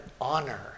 honor